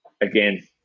Again